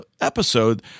episode